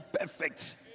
perfect